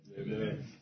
amen